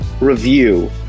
review